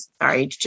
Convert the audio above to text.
Sorry